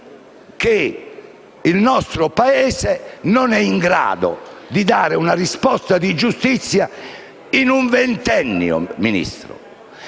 che il nostro Paese non è in grado di dare una risposta di giustizia in un ventennio, Ministro.